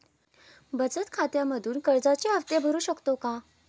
बचत खात्यामधून कर्जाचे हफ्ते भरू शकतो का?